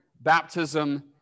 baptism